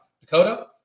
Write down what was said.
Dakota